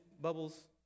bubbles